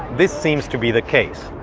this seems to be the case.